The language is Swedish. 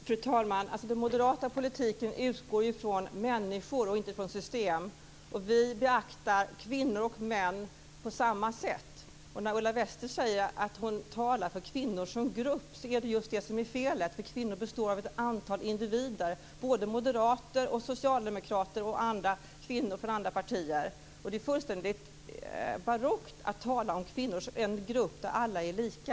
Fru talman! Den moderata politiken utgår från människor och inte från system. Vi beaktar kvinnor och män på samma sätt. När Ulla Wester säger att hon talar för kvinnor som grupp så är det just det som är felet, därför att kvinnor är ett antal individer, både moderater, socialdemokrater och kvinnor från andra partier. Det är fullständigt barockt att tala om kvinnor som en grupp där alla är lika.